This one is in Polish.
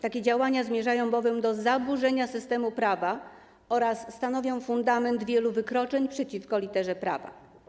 Takie działania zmierzają bowiem do zaburzenia systemu prawa oraz stanowią fundament wielu wykroczeń przeciwko literze prawa.